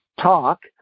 talk